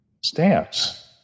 stance